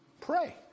pray